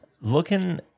looking